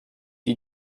you